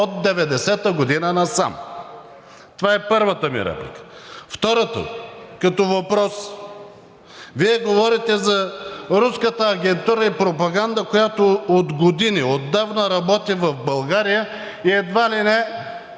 от 90-а година насам. Това е първата ми реплика. Втората, като въпрос. Вие говорите за руската агентура и пропаганда, която от години, отдавна работи в България и едва ли не